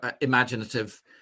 imaginative